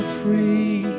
free